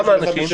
לכמה אנשים?